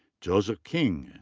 joseph king.